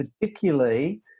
particularly